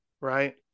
right